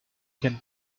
can